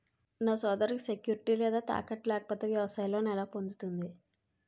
నా సోదరికి సెక్యూరిటీ లేదా తాకట్టు లేకపోతే వ్యవసాయ లోన్ ఎలా పొందుతుంది?